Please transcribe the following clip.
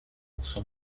also